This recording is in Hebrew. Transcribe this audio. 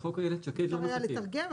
אפשר היה לתרגם,